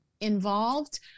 involved